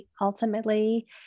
ultimately